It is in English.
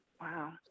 Wow